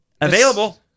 Available